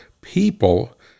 people